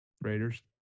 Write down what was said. Raiders